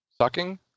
sucking